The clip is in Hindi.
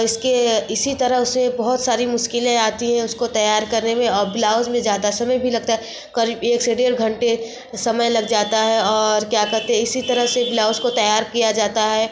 इसके अ इसी तरह से बहुत सारी मुश्किलें आती हैं उसको तैयार करने में और ब्लाउज में ज्यादा समय भी लगता है करीब एक से डेढ़ घंटे समय लग जाता है और क्या कहते हैं इसी तरह से ब्लाउज को तैयार किया जाता है